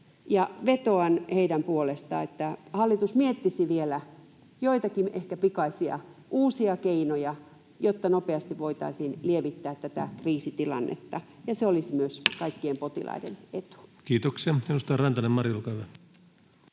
Vetoan heidän puolestaan, että hallitus miettisi vielä joitakin ehkä pikaisia uusia keinoja, jotta nopeasti voitaisiin lievittää tätä kriisitilannetta, ja se olisi myös kaikkien